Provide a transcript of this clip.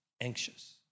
anxious